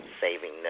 saving